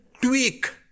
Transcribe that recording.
tweak